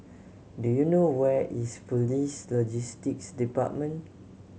do you know where is Police Logistics Department